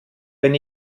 wenn